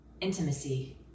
intimacy